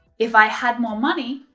if i had more money,